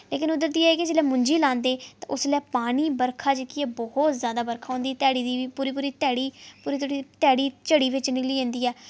लेकिन उद्धर दी एह् ऐ कि जेह्ले मुंजी लांदे उसलै पानी बरखा जेह्की बोह्त जैदा बरखा होंदी ऐ ध्याड़ी दी पूरी पूरी ध्याड़ी पूरी पूरी ध्याड़ी झड़ी बिच्च लंगी जंदी ऐ